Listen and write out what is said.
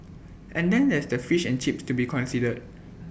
and then there's the fish and chips to be considered